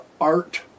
art